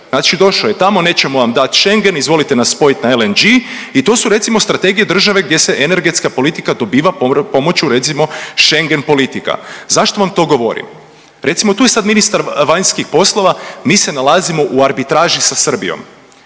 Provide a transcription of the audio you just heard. Znači došao je tamo, nećemo vam dat Schengen, izvolite nas spojiti na LNG i to su recimo strategije države gdje se energetska politika dobiva pomoću recimo Schengen politika. Zašto vam to govorim? Recimo tu je sad ministar vanjskih poslova, mi se nalazimo u arbitraži sa Srbijom.